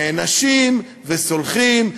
נענשים וסולחים,